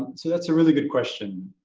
so that's a really good question.